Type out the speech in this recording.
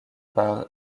par